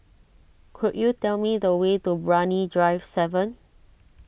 could you tell me the way to Brani Drive seven